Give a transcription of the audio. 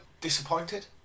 Disappointed